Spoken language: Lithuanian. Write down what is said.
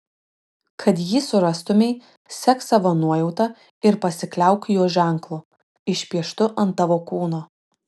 kad jį surastumei sek savo nuojauta ir pasikliauk jo ženklu išpieštu ant tavo kūno